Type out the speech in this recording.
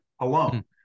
alone